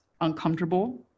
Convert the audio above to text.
uncomfortable